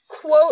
quote